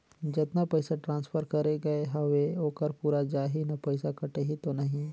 जतना पइसा ट्रांसफर करे गये हवे ओकर पूरा जाही न पइसा कटही तो नहीं?